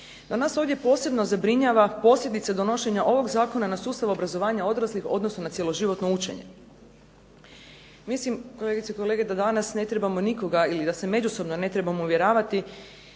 A nas ovdje posebno zabrinjava posebice donošenje ovog zakona na sustav obrazovanja odraslih, odnosno na cjeloživotno učenje. Mislim kolegice i kolege da danas ne trebamo nikoga ili da se ne trebamo međusobno uvjeravati